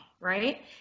right